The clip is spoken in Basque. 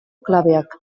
klabeak